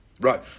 Right